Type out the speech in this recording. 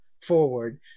forward